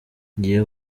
ngiye